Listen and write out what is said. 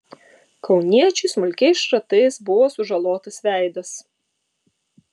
kauniečiui smulkiais šratais buvo sužalotas veidas